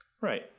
Right